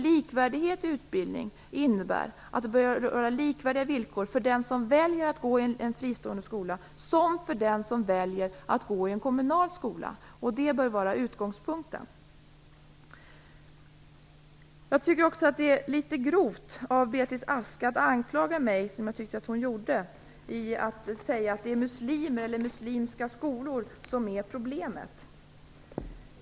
Likvärdighet i utbildningen innebär att det skall råda likvärdiga villkor för den som väljer att gå i en fristående skola liksom för den som väljer att gå i en kommunal skola. Det bör vara utgångspunkten. Jag tycker också att det är litet grovt av Beatrice Ask att anklaga mig, som jag tyckte att hon gjorde, för att säga att det är muslimer eller muslimska skolor som är problemet.